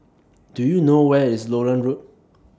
Do YOU know Where IS Lowland Road